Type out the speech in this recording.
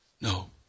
No